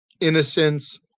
innocence